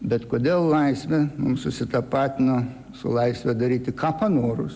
bet kodėl laisvė mum susitapatina su laisve daryti ką panorus